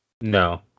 No